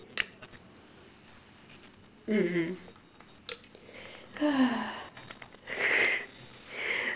mmhmm